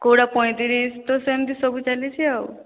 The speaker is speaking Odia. କେଉଁଟା ପଇଁତିରିଶ ତ ସେମିତି ସବୁ ଚାଲିଛି ଆଉ